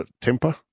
temper